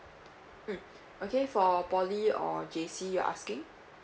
mm okay for poly or J_C you're asking